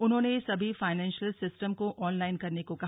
उन्होंने सभी financial system को ऑनलाईन करने को कहा